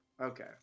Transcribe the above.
okay